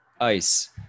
ice